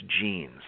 genes